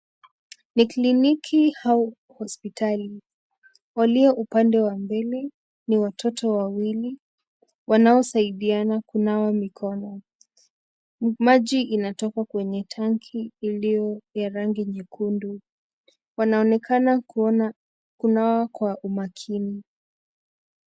Ni kliniki au hospitali ,walio upande wa mbele ni watoto wawili wanaosaidiana kunawa mikono. Maji yanatoka kwenye tanki au ndoo ya rangi nyekundu .Wanaonekana kunawa kwa umakini .